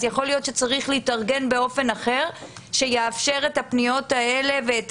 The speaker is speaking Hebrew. יכול להיות שצריך להתארגן באופן אחר שיאפשר את הפניות האלה ואת